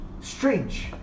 Strange